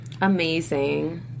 Amazing